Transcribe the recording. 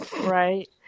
right